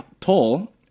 tall